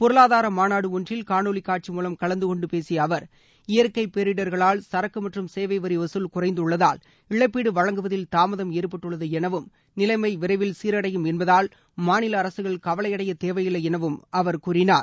பொருளாாதார மாநாடு ஒன்றில் காணொலி காட்சி மூலம் கலந்து கொண்டு பேசிய அவர் இயற்கை பேரிடர்களால் சரக்கு மற்றும் சேவை வரி வசூல் குறைந்துள்ளதால் இழப்பீடு வழங்குவதில் தாமதம் ஏற்பட்டுள்ளது எனவும் நிலைமை விரைவில் சீரடையும் என்பதால் மாநில அரககள் கவலை அடைய தேவையில்லை எனவும் அவர் கூறினார்